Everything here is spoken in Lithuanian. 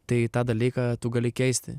tai tą dalyką tu gali keisti